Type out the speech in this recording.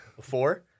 Four